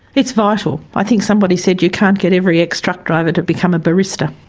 it's vital. i think somebody said you can't get every ex truck driver to become a barista.